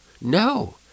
no